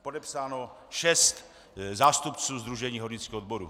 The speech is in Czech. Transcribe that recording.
Podepsáno šest zástupců Sdružení hornických odborů.